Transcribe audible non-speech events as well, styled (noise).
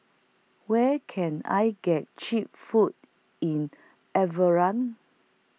Where Can I get Cheap Food in (unintelligible)